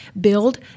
build